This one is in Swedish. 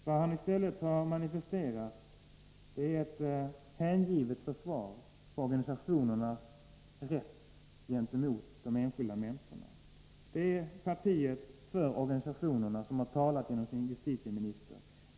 Vad hanistället har manifesterat är ett hängivet försvar för organisationernas rätt gentemot de enskilda människorna. Det är partiet för organisationerna som har talat genom sin justitieminister.